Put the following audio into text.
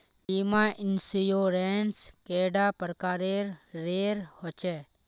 बीमा इंश्योरेंस कैडा प्रकारेर रेर होचे